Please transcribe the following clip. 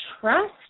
trust